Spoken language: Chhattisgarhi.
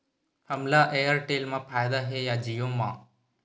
हमला एयरटेल मा फ़ायदा हे या जिओ मा?